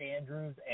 Andrews